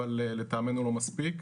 אבל לטעמנו לא מספיק.